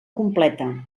completa